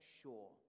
sure